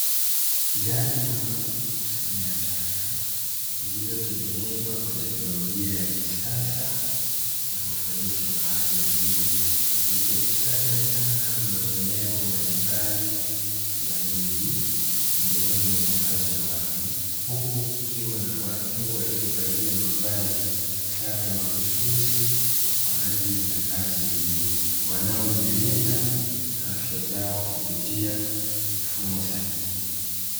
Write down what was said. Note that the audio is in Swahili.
Gari maalum la kukusanyia taka lililotengenezwa kwa teknolojia ya kisasa na ufanisi wa hali juu likukusanya taka maeneo mabalimabali ya miji pembezoni na makazi ya watu huku kukiwa na watu waliovalia mavazi sare mahususi kwa ajili ya kazi hiyo wanaojilinda na afya zao kupitia mifumo sahihi.